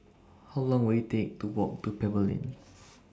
How Long Will IT Take to Walk to Pebble Lane